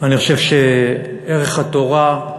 אני חושב שערך התורה,